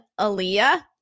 Aaliyah